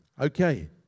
Okay